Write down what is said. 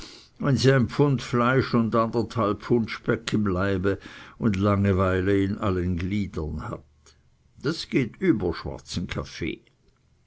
wenn sie ein pfund fleisch und anderhalb pfund speck im leibe und langeweile in allen gliedern hat das geht über schwarzen kaffee